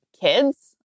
kids